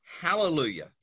hallelujah